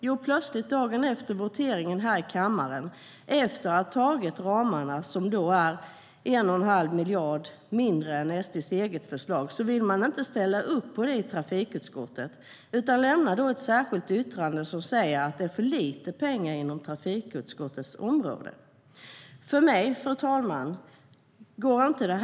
Jo, dagen efter voteringen i kammaren, efter att ha antagit de ramar som är 1 1⁄2 miljard mindre än SD:s eget förslag, vill man inte ställa upp på det i trafikutskottet utan lämnar ett särskilt yttrande som säger att det är för lite pengar på trafikutskottets område. För mig, fru talman, går det inte ihop.